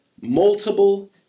multiple